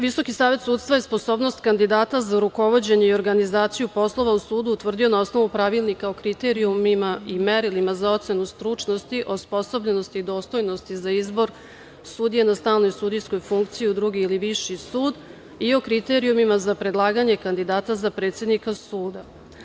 Visoki savet sudstva je sposobnost kandidata za rukovođenje i organizaciju Poslova u sudu utvrdio na osnovu Pravilnika o kriterijumima i merilima za ocenu stručnosti, osposobljenosti i dostojnosti za izbor sudija na stalnoj sudijskoj funkciji u Drugi ili Viši sud i o kriterijumima za predlaganje kandidata za predsednika suda.